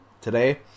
today